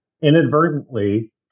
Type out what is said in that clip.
inadvertently